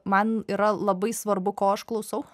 man yra labai svarbu ko aš klausau